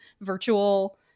virtual